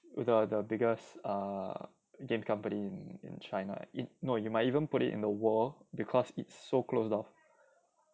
the biggest game company in china in no you might even put it in the world because it's so closed off